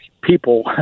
people